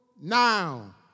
now